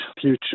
future